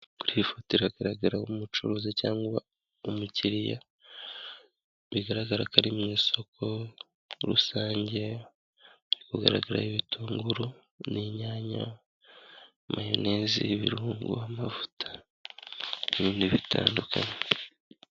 Iyi foto iragaragaraho umucuruzi cyangwa umukiriya bigaragara ko ari mu isoko rusange ririkugaragaraho ibitunguru n'inyanya, mayonezi, ibirungo, amavuta, n'ibindi bitandukanye.